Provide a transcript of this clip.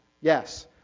yes